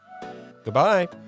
Goodbye